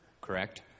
correct